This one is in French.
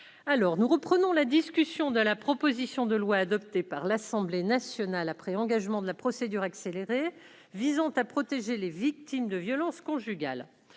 alors nous reprenons la discussion de la proposition de loi adoptée par l'Assemblée nationale après engagement de la procédure accélérée visant à protéger les victimes de violences conjugales